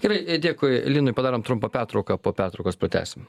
gerai dėkui linui padarom trumpą pertrauką po pertraukos pratęsim